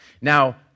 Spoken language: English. Now